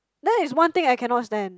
that is one thing I cannot stand